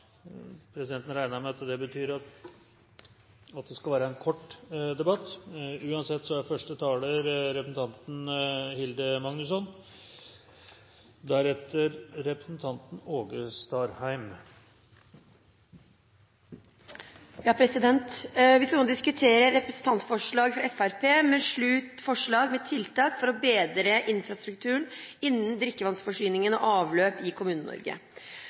Presidenten har ikke fått noe utkast til debattopplegg. Vi skal nå diskutere et representantforslag fra Fremskrittspartiet med sju forslag med tiltak for å bedre infrastrukturen innen drikkevannsforsyningen og avløp i